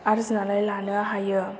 आरजिनानै लानो हायो